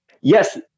Yes